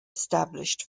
established